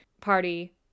party